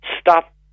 stop